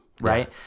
right